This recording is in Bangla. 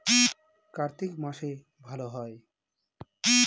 কার্তিক মাসে ভালো হয়?